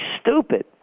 stupid